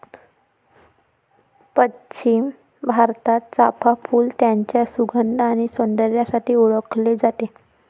पश्चिम भारतात, चाफ़ा फूल त्याच्या सुगंध आणि सौंदर्यासाठी ओळखले जाते